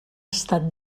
estat